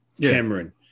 Cameron